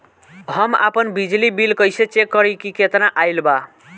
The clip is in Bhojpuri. हम आपन बिजली बिल कइसे चेक करि की केतना आइल बा?